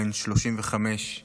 בן 35 מאלמוג,